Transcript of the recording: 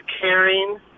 caring